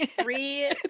three